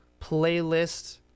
playlist